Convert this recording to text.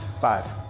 five